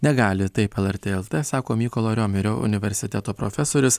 negali taip lrt lt sako mykolo romerio universiteto profesorius